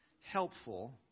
helpful